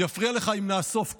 יפריע לך אם נאסוף כסף?